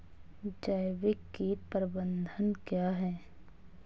जैविक कीट प्रबंधन क्या है?